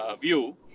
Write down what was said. view